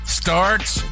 starts